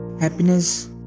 happiness